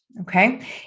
Okay